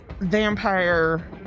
vampire